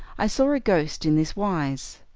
i saw a ghost in this wise